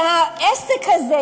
והעסק הזה,